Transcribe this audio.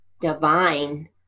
divine